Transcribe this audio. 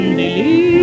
believe